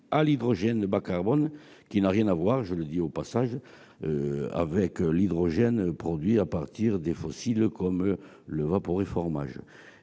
à l'hydrogène bas-carbone, qui n'a rien à voir- je le dis au passage -avec l'hydrogène produit à partir des fossiles, comme le vaporeformage.